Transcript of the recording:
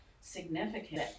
significant